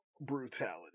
Brutality